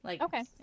Okay